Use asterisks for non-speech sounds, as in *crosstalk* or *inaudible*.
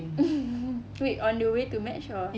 *laughs* wait on the way to match or